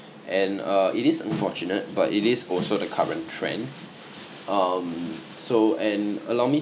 and uh it is unfortunate but it is also the current trend um so and allow me